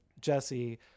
Jesse